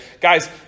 Guys